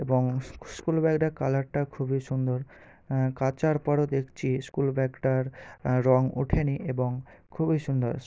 এবং স্কুল ব্যাগটা কালারটা খুবই সুন্দর কাচার পরও দেখছি স্কুল ব্যাগটার রঙ ওঠেনি এবং খুবই সুন্দর